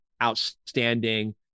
outstanding